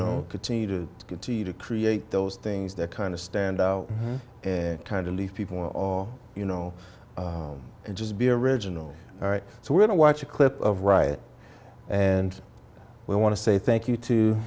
know continue to continue to create those things that kind of stand out and kind of leave people you know and just be original all right so we're going to watch a clip of riot and we want to say thank you to